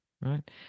right